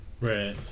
Right